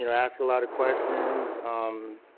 you know ask a lot of questions. um,